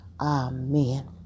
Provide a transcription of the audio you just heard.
Amen